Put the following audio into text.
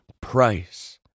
price